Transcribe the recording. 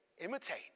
imitate